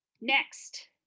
next